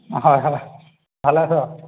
হয় হয় ভালে আছ